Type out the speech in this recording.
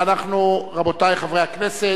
רבותי חברי הכנסת,